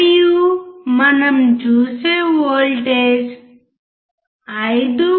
మరియు మనం చూసే వోల్టేజ్ 5